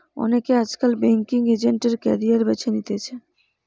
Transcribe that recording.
অনেকে আজকাল banking agent এর ক্যারিয়ার বেছে নিতেছে